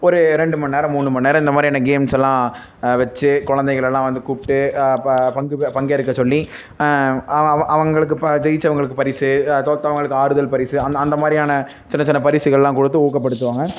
ஒரு ரெண்டு மணி நேரம் மூணு மணி நேரம் இந்த மாதிரியான கேம்ஸ் எல்லாம் வச்சு குழந்தைகள் எல்லாம் வந்து கூப்பிட்டு ப பங்குபெ பங்கேற்கச் சொல்லி அவ அவ அவர்களுக்கு ப ஜெயித்தவங்களுக்கு பரிசு தோற்றவங்களுக்கு ஆறுதல் பரிசு அந்த அந்த மாதிரியான சின்ன சின்ன பரிசுகளெலாம் கொடுத்து ஊக்கப்படுத்துவாங்க